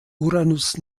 uranus